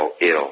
ill